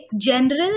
general